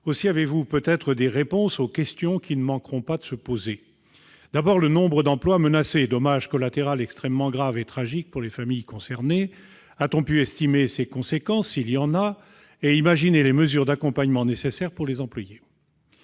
Aussi avez-vous peut-être des réponses aux questions qui ne manqueront pas de se poser. D'abord, j'évoquerai le nombre d'emplois menacés, dommage collatéral extrêmement grave et tragique pour les familles concernées. A-t-on pu estimer les conséquences sur l'emploi, s'il y en a, et imaginer les mesures d'accompagnement nécessaires pour les employés ?